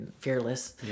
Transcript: fearless